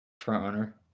front-runner